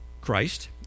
Christ